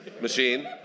machine